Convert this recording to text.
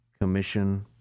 commission